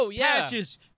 Patches